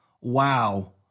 Wow